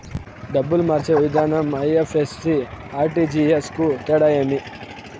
డబ్బులు మార్చే విధానం ఐ.ఎఫ్.ఎస్.సి, ఆర్.టి.జి.ఎస్ కు తేడా ఏమి?